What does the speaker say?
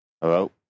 Hello